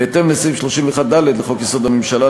בהתאם לסעיף 31(ד) לחוק-יסוד: הממשלה,